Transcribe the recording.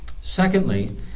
secondly